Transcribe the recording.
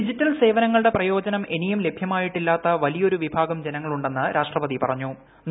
digital സേവനങ്ങളുടെ പ്രയോജനം ഇനിയും ലഭ്യമായിട്ടില്ലാത്ത വലിയൊരു വിഭാഗം ജനങ്ങളുണ്ടെന്ന് രാഷ്ട്രപതി പറിഞ്ഞു്